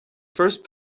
first